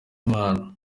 impano